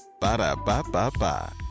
Ba-da-ba-ba-ba